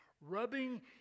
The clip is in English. rubbing